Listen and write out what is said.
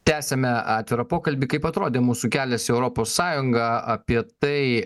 tęsiame atvirą pokalbį kaip atrodė mūsų kelias į europos sąjungą apie tai